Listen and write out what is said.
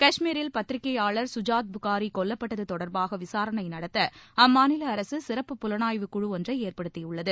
கஷ்மீரில் பத்திரிகைபாளர் கஜாத் புகாரி கொல்லப்பட்டது தொடர்பாக விசாரணை நடத்த அம்மாநில அரசு சிறப்பு புலனாய்வு குழு ஒன்றை ஏற்படுத்தியுள்ளது